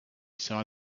saw